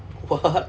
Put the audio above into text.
what